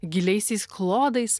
giliaisiais klodais